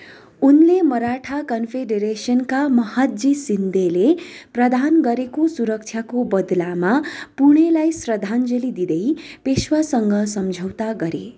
उनले मराठा कन्फिडेरेसनका महाद्जी शिन्देले प्रदान गरेको सुरक्षाको बदलामा पुणेलाई श्रद्धाञ्जलि दिँदै पेस्वासँग सम्झौता गरे